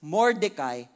Mordecai